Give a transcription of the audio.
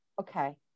Okay